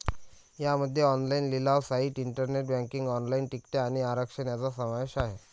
यामध्ये ऑनलाइन लिलाव site, internet banking, online तिकिटे आणि आरक्षण यांचा समावेश आहे